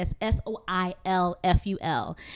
S-O-I-L-F-U-L